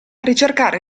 ricercare